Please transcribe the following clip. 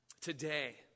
Today